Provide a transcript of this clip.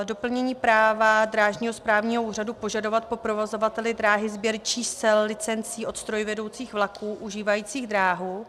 Doplnění práva drážního správního úřadu požadovat po provozovateli dráhy sběr čísel, licenci od strojvedoucích vlaků užívajících dráhu.